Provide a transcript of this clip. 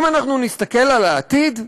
אם אנחנו נסתכל על העתיד,